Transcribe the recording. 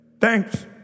thanks